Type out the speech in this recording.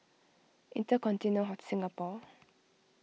Intercontinental Singapore